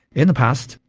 in the past,